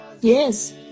Yes